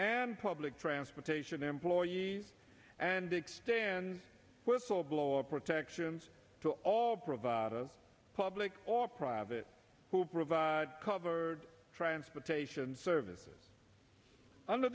and public transportation employees and expand whistleblower protections for all provide public or private who provide covered transportation services under